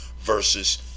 Versus